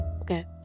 Okay